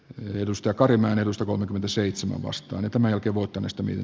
jutusta kari menetystä kolmekymmentäseitsemän vastaanotamme voiton estäminen